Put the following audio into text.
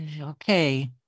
Okay